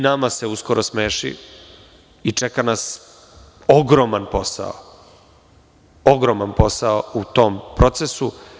Nama se uskoro isto smeši i čeka nas ogroman posao, ogroman posao u tom procesu.